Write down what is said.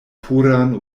puran